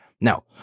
Now